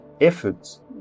efforts